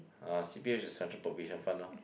uh P_R is Central Provident Fund lor